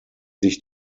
sich